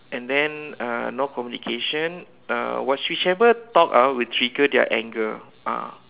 and then uh no communication uh what whichever talk ah will trigger their anger ah